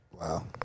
Wow